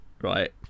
right